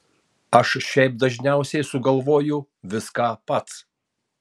aš šiaip dažniausiai sugalvoju viską pats